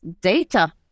data